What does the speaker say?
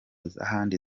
z’abandi